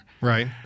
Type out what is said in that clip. Right